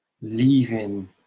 leaving